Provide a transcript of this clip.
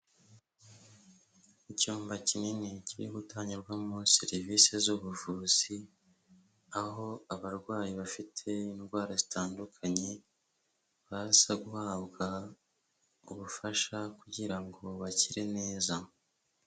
Icyumba kinini kiri gutangirwamo serivisi z'ubuvuzi, aho abarwayi bafite indwara zitandukanye, baza guhabwa ubufasha kugira ngo bakire neza.